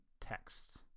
texts